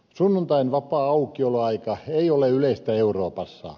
sunnuntain vapaa aukioloaika ei ole yleistä euroopassa